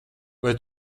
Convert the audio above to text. vai